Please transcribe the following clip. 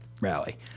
rally